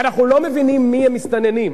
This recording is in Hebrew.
אנחנו לא מבינים מיהם מסתננים.